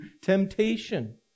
temptation